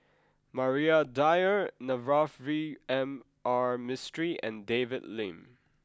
Maria Dyer Navroji R Mistri and David Lim